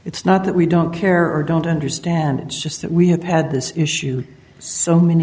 it's not that we don't care or don't understand it just that we have had this issue so many